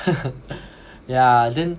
yeah then